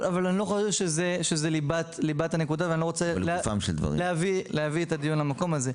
אבל זה לא ליבת העניין ואני לא רוצה להביא את הדיון למקום הזה.